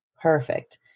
Perfect